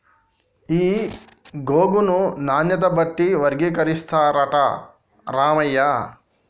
ఈ గోగును నాణ్యత బట్టి వర్గీకరిస్తారట రామయ్య